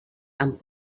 amb